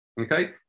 Okay